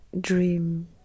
dream